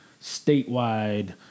statewide